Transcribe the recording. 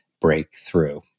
breakthrough